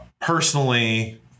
personally